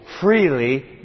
Freely